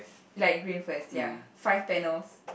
light green first ya five panels